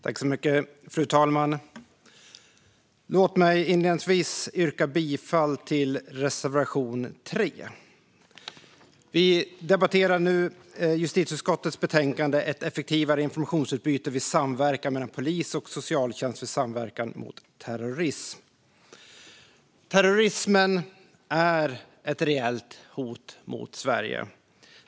Fru talman! Låt mig inledningsvis yrka bifall till reservation 3. Vi debatterar nu justitieutskottets betänkande Ett effektivare informa tionsutbyte mellan polis och socialtjänst vid samverkan mot terrorism . Terrorismen är ett reellt hot mot Sverige.